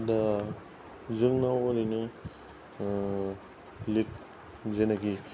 दा जोंनाव ओरैनो लिग जेनोखि